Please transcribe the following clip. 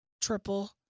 triple